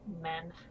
men